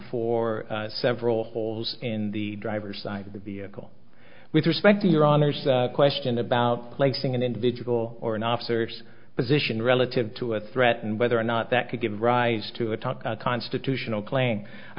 for several holes in the driver's side of the vehicle with respect to your honor's question about placing an individual or an officer's position relative to a threat and whether or not that could give rise to a time constitutional claim i